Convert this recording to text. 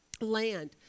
Land